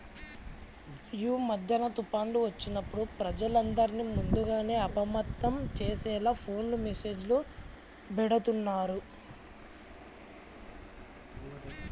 యీ మద్దెన తుఫాన్లు వచ్చినప్పుడు ప్రజలందర్నీ ముందుగానే అప్రమత్తం చేసేలా ఫోను మెస్సేజులు బెడతన్నారు